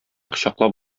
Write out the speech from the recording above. кочаклап